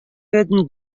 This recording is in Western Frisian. wurden